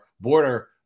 border